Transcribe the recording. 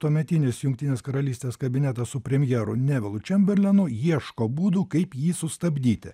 tuometinis jungtinės karalystės kabinetas su premjeru nevilu čemberlenu ieško būdų kaip jį sustabdyti